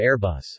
Airbus